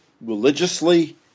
religiously